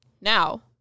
Now